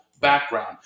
background